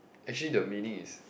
actually the meaning is